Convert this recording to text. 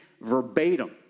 verbatim